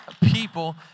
people